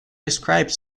described